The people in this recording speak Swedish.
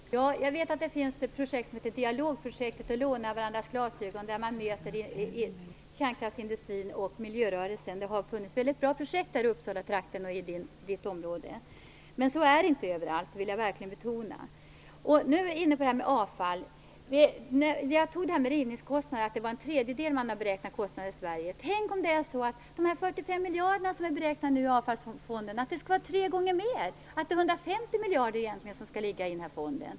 Fru talman! Jag vet att det finns projekt som heter Dialogprojektet och Låna varandras glasögon, där man möts inom kärnkraftsindustrin och miljörörelsen. Det har funnits väldigt bra projekt i Uppsalatrakten och i Barbro Anderssons område. Men så är det inte överallt. Det vill jag verkligen betona. Nu är vi inne på frågan om avfall. Jag tror att man i Sverige har beräknat rivningskostnaden till en tredjedel. Tänk om det är så att de 45 miljarder som nu är beräknade för avfallsfonden skulle vara tre gånger mer, att det egentligen borde ligga 150 miljarder i fonden.